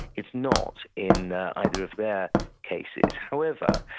it's not in either of their cases. however,